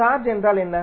charge என்றால் என்ன